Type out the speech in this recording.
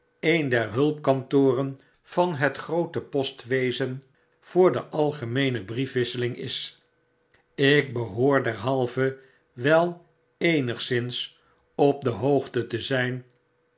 een der hulpkantoren van het groote postwezen voor de algemeene briefwissehng is ik behoorderhalve wel eenigszins op de hoogte te zyn